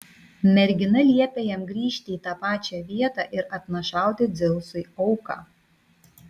mergina liepė jam grįžti į tą pačią vietą ir atnašauti dzeusui auką